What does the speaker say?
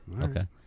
okay